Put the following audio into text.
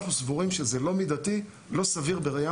אנחנו סבורים שזה לא מידתי ולא סביר בראייה